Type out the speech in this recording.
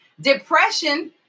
Depression